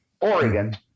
Oregon